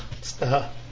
Stop